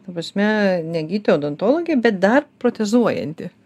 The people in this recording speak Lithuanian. ta prasme ne gydytoja odontologė bet dar protezuojanti